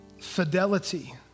fidelity